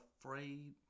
afraid